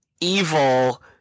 evil